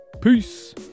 Peace